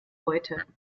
heute